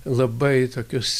labai tokius